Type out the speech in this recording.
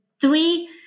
Three